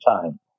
time